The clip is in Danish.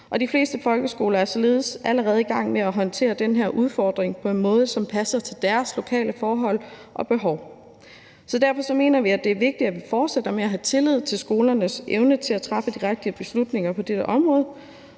de fleste folkeskoler er således allerede i gang med at håndtere den her udfordring på en måde, som passer til deres lokale forhold og behov. Derfor mener vi, det er vigtigt, at vi fortsætter med at have tillid til skolernes evne til at træffe de rigtige beslutninger på dette område,